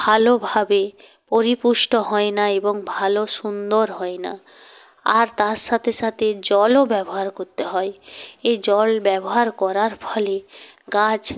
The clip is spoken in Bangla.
ভালোভাবে পরিপুষ্ট হয় না এবং ভালো সুন্দর হয় না আর তার সাথে সাথে জলও ব্যবহার করতে হয় এ জল ব্যবহার করার ফলে গাছ